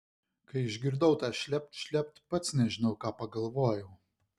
kai išgirdau tą šlept šlept pats nežinau ką pagalvojau